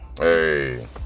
Hey